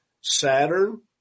Saturn